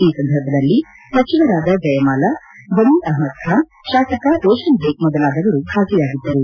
ಈ ಸಂದರ್ಭದಲ್ಲಿ ಸಚಿವರಾದ ಜಯಮಾಲ ಜಮೀರ್ ಅಹಮದ್ ಖಾನ್ ಶಾಸಕ ರೋಷನ್ ಬೇಗ್ ಮೊದಲಾದವರು ಭಾಗಿಯಾಗಿದ್ದರು